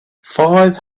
five